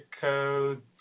code